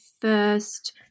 first